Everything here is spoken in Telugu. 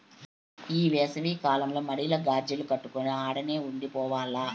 ఈ ఏసవి కాలంల మడిల గాజిల్లు కట్టుకొని ఆడనే ఉండి పోవాల్ల